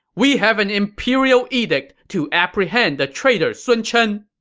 we have an imperial edict to apprehend the traitor sun chen!